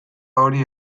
hori